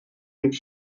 und